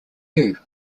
you